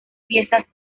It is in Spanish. piezas